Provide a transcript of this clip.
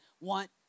want